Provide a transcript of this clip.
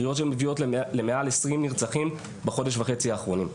קריאות שמביאות למעל עשרים נרצחים בחודש וחצי האחרונים.